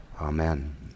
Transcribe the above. Amen